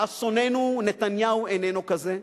לאסוננו, נתניהו אינו כזה.